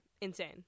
Insane